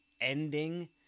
ending